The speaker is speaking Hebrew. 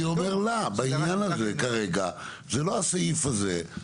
אני אומר לה בעניין הזה כרגע זה לא הסעיף הזה.